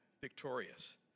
victorious